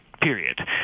period